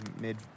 mid